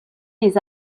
les